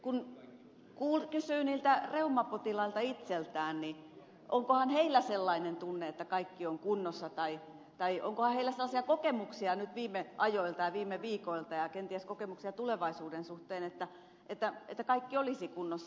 kun kysyy niiltä reumapotilailta itseltään niin onkohan heillä sellainen tunne että kaikki on kunnossa tai onkohan heillä sellaisia kokemuksia nyt viime ajoilta ja viime viikoilta ja kenties kokemuksia tulevaisuuden suhteen että kaikki olisi kunnossa